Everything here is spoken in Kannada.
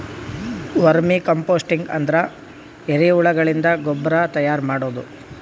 ವರ್ಮಿ ಕಂಪೋಸ್ಟಿಂಗ್ ಅಂದ್ರ ಎರಿಹುಳಗಳಿಂದ ಗೊಬ್ರಾ ತೈಯಾರ್ ಮಾಡದು